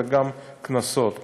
וגם קנסות.